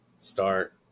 start